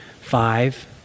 Five